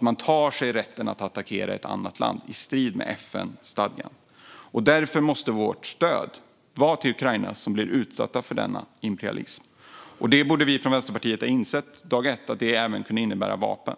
Man tar sig rätten att attackera ett annat land i strid med FN-stadgan. Därför måste vårt stöd gå till Ukraina som är utsatt för denna imperialism. Vi i Vänsterpartiet borde från dag ett ha insett att det även kunde innebära vapen.